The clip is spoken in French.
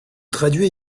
traduit